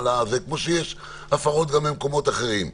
כמו שיש הפרות גם במקומות אחרים.